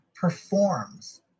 performs